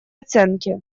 оценки